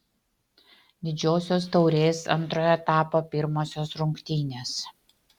didžiosios taurės antrojo etapo pirmosios rungtynės